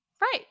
Right